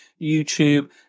YouTube